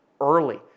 early